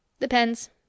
Depends